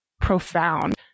profound